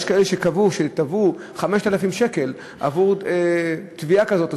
יש כאלה שתבעו 5,000 שקל עבור תביעה כזאת או